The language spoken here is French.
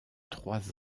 trois